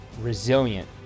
resilient